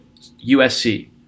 USC